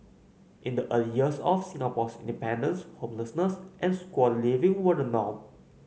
in the early years of Singapore's independence homelessness and squatter living were the norm